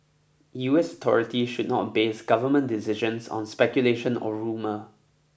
U S authorities should not base government decisions on speculation or rumour